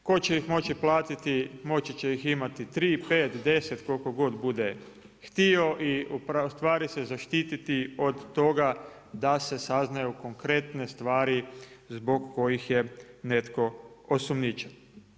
Tko će ih moći platiti moći će ih imati 3, 5, 10, koliko god tko bude htio i ustvari se zaštiti od toga da se saznaju konkretne stvari zbog kojih je netko osumnjičen.